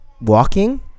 walking